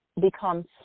become